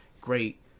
great